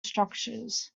structures